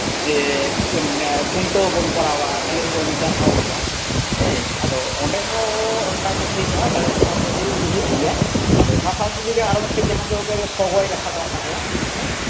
ᱡᱮ ᱠᱷᱩᱱᱴᱟᱹᱣ ᱵᱚᱱ ᱠᱚᱨᱟᱣᱟ ᱰᱟᱝᱨᱤ ᱵᱚᱱ ᱪᱟᱨᱦᱟᱣ ᱠᱚᱣᱟ ᱟᱫᱚ ᱚᱸᱰᱮ ᱦᱚᱸ ᱚᱱᱠᱟ ᱜᱮ ᱦᱩᱭᱩᱜᱼᱟ ᱰᱟᱝᱨᱤ ᱪᱟᱨᱦᱟᱣ ᱠᱚ ᱦᱩᱭᱩᱜ ᱜᱮᱭᱟ ᱫᱚ ᱚᱱᱟ ᱥᱟᱶᱛᱮ ᱡᱩᱫᱤ ᱟᱨᱚ ᱢᱮᱫᱴᱮᱡ ᱡᱟᱦᱟᱸ ᱫᱚ ᱩᱱᱠᱩᱣᱟᱜ ᱫᱚ ᱥᱚᱜᱚᱭ ᱠᱟᱛᱷᱟ ᱢᱮᱱᱟᱜ ᱛᱟᱠᱚᱣᱟ ᱦᱮᱸ